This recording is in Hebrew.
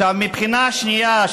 מבחינה שנייה,